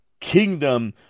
kingdom